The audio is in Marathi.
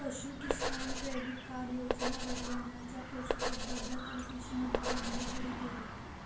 पशु किसान क्रेडिट कार्ड योजना हरियाणाच्या पशुसंवर्धन आणि कृषी मंत्र्यांनी सुरू केली